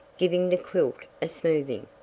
giving the quilt a smoothing.